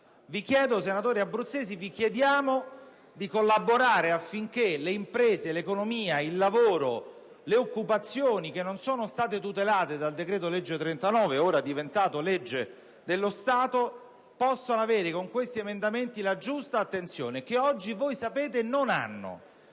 Vi chiediamo, senatori abruzzesi, di collaborare affinché le imprese, l'economia, il lavoro, l'occupazione che non sono stati tutelati dal decreto‑legge n. 39, ora diventato legge dello Stato, possano avere con gli emendamenti in esame la giusta attenzione che oggi, come voi sapete, non hanno.